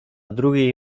drugiej